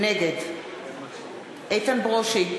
נגד איתן ברושי,